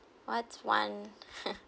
what's one